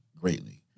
greatly